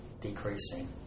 decreasing